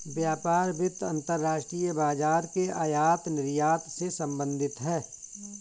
व्यापार वित्त अंतर्राष्ट्रीय बाजार के आयात निर्यात से संबधित है